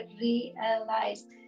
realized